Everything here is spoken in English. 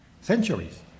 centuries